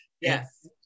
Yes